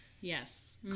Yes